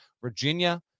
Virginia